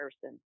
person